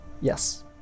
Yes